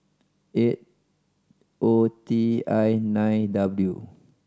eight O T I nine W